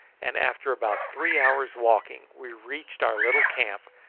and after about three hours' walking we reached our little camp,